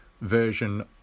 version